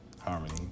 Harmony